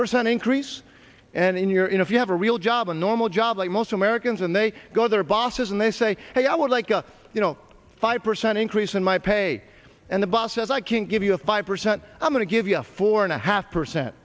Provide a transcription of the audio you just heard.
percent increase and in your in if you have a real job a normal job like most americans and they go their bosses and they say hey i would like a five percent increase in my pay and the boss says i can give you a five percent i'm going to give you a four and a half percent